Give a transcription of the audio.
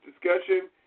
discussion